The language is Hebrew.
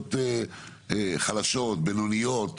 רשויות חלשות, בינוניות,